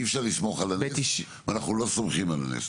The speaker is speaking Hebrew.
אבל אי אפשר לסמוך על הנס ואנחנו לא סומכים על הנס,